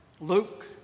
Luke